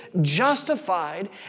justified